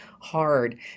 hard